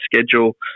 schedule